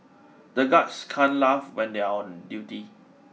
the guards can't laugh when they are on duty